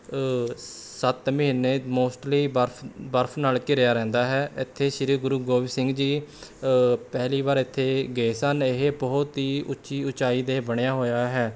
ਸੱਤ ਮਹੀਨੇ ਮੋਸਟਲੀ ਬਰਫ ਬਰਫ ਨਾਲ ਘਿਰਿਆ ਰਹਿੰਦਾ ਹੈ ਇੱਥੇ ਸ਼੍ਰੀ ਗੁਰੂ ਗੋਬਿੰਦ ਸਿੰਘ ਜੀ ਪਹਿਲੀ ਵਾਰ ਇੱਥੇ ਗਏ ਸਨ ਇਹ ਬਹੁਤ ਹੀ ਉੱਚੀ ਉਚਾਈ 'ਤੇ ਬਣਿਆ ਹੋਇਆ ਹੈ